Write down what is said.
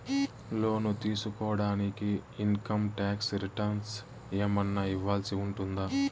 లోను తీసుకోడానికి income tax returns ఏమన్నా ఇవ్వాల్సి ఉంటుందా